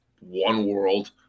one-world